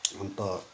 अन्त